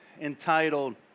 entitled